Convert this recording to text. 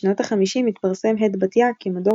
בשנות החמישים התפרסם "הד בתיה" כמדור